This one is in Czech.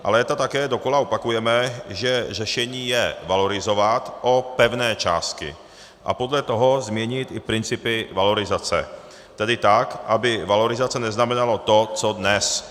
Ale léta také dokola opakujeme, že řešení je valorizovat o pevné částky a podle toho změnit i principy valorizace, tedy tak, aby valorizace neznamenalo to co dnes.